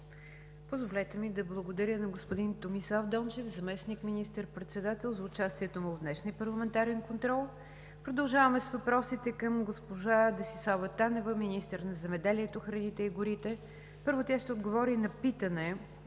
Позволете ми да благодаря на господин Томислав Дончев – заместник министър-председател, за участието му в днешния парламентарен контрол. Продължаваме с въпросите към госпожа Десислава Танева – министър на земеделието, храните и горите. Първо, тя ще отговори на питане